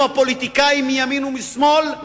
לנו הפוליטיקאים מימין ומשמאל,